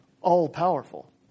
all-powerful